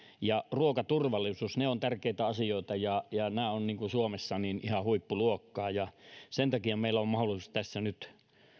ja ruokaturvallisuus ovat tärkeitä asioita ja ja nämä ovat suomessa ihan huippuluokkaa sen takia meillä on mahdollisuus tässä nyt